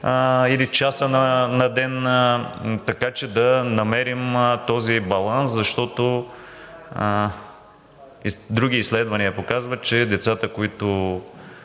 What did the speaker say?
или часа на ден, така че да намерим този баланс. Защото други изследвания показват, че децата, които